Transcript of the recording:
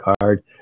card